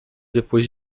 depois